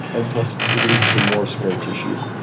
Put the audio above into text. and plus, it leads to more scar tissue.